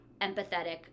empathetic